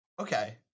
Okay